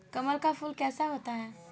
कमल का फूल कैसा होता है?